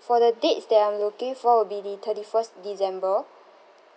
for the dates that I'm looking for will be the thirty first december